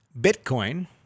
Bitcoin